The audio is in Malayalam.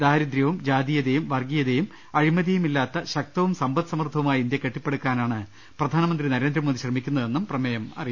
ദാരിദ്ര്യവും ജാതീയതയും വർഗീയതയും അഴിമതിയും ഇല്ലാത്ത ശക്തവും സമ്പദ്സമൃദ്ധവുമായ ഇന്ത്യ കെട്ടിപ്പടുക്കാനാണ് പ്രധാനമന്ത്രി നരേ ന്ദ്രമോദി ശ്രമിക്കുന്നതെന്നും പ്രമേയം പറഞ്ഞു